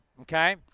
okay